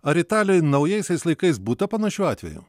ar italijoj naujaisiais laikais būta panašių atvejų